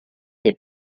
des